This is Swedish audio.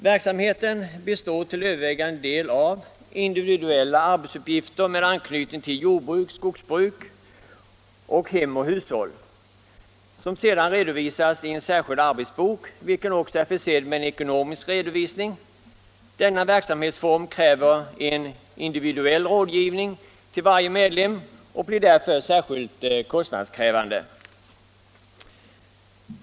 Verksamheten består till övervägande del av individuella arbetsuppgifter med anknytning till jordbruk, skogsbruk och hem och hushåll, som redovisas i en särskild arbetsbok, vilken också är försedd med en ekonomisk redovisning. Denna verksamhetsform kräver en individuell rådgivning till varje medlem och blir därför särskilt kostnadskrävande.